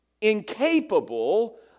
incapable